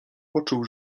poczuł